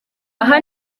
aha